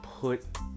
put